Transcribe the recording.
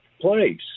place